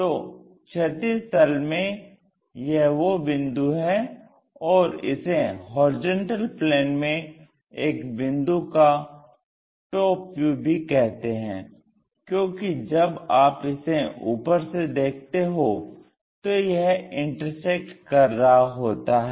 तो क्षैतिज तल में यह वो बिंदु है और इसे HP में एक बिंदु का टॉप व्यू भी कहते हैं क्योंकि जब आप इसे ऊपर से देखते हो तो यह इंटरसेक्ट कर रहा होता है